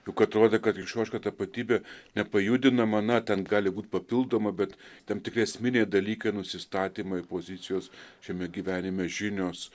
juk atrodo kad krikščioniška tapatybė nepajudinama na ten gali būt papildoma bet tam tikri esminiai dalykai nusistatymai pozicijos šiame gyvenime žinios